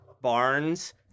barns